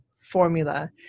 formula